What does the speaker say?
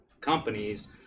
companies